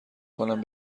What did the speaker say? کنم